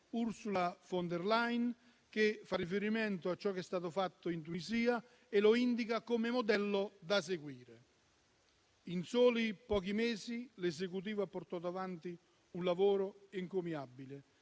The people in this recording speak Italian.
Ursula Von Der Leyen che fa riferimento a ciò che è stato fatto in Tunisia e lo indica come modello da seguire. In soli pochi mesi l'Esecutivo ha portato avanti un lavoro encomiabile,